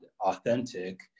authentic